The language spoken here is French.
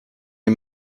est